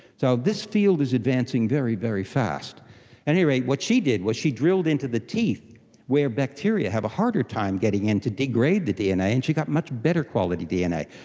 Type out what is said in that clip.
so this field is advancing very, very fast. at any rate, what she did was she drilled into the teeth where bacteria have a harder time getting in to degrade the dna and she got much better quality dna.